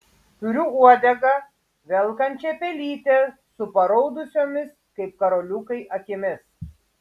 turiu uodegą velkančią pelytę su paraudusiomis kaip karoliukai akimis